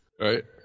Right